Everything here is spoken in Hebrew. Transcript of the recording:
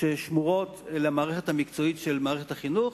ששמורות למערכת המקצועית של מערכת החינוך,